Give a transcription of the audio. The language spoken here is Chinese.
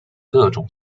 各种